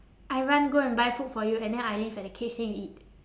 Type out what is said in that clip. I run go and buy food for you and then I leave at the cage then you eat